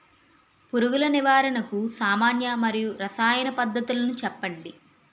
పురుగుల నివారణకు సామాన్య మరియు రసాయన పద్దతులను చెప్పండి?